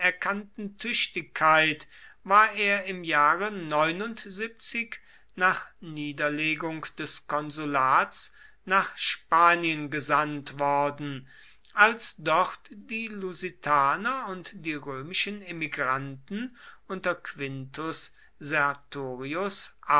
anerkannten tüchtigkeit war er im jahre nach niederlegung des konsulats nach spanien gesandt worden als dort die lusitaner und die römischen emigranten unter quintus sertorius